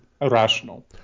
irrational